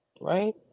Right